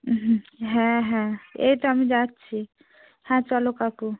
হুম হুম হ্যাঁ হ্যাঁ এই তো আমি যাচ্ছি হ্যাঁ চলো কাকু